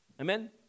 Amen